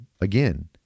again